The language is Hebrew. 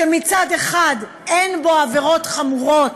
כשמצד אחד אין פה עבירות חמורות